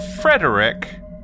Frederick